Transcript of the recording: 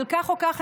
אבל כך או כך,